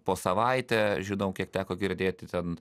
po savaitę žinau kiek teko girdėti ten